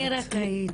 אני רק הייתי